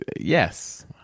Yes